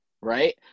Right